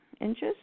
inches